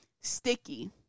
Sticky